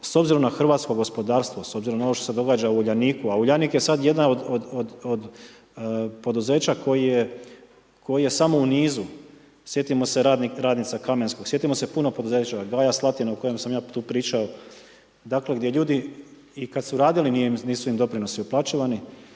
s obzirom na hrvatsko gospodarstvo, s obzirom na ovo što se događa u Uljaniku a Uljanik je sad jedno od poduzeća koji je samo u nizu. Sjetimo se radnica Kamenskog, sjetimo je puno poduzeća GAJ-a Slatina o kojem sam ja tu pričao dakle gdje ljudi i kad su radili nisu im doprinosi uplaćivani.